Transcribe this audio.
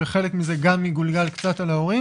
שחלק מזה גם יגולגל קצת על ההורים.